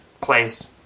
place